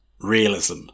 realism